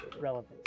relevant